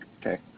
Okay